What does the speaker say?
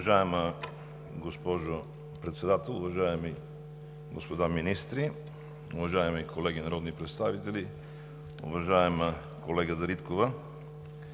Уважаема госпожо Председател, уважаеми господа министри, уважаеми колеги народни представители! Уважаема колега Дариткова,